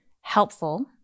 helpful